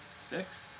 Six